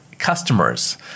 customers